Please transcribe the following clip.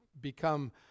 become